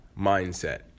mindset